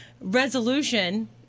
resolution